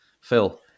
Phil